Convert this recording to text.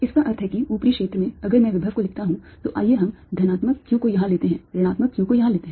इसका अर्थ है कि ऊपरी क्षेत्र में अगर मैं विभव को लिखता हूं तो आइए हम धनात्मक q को यहां लेते हैं ऋणात्मक q को यहां लेते हैं